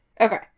Okay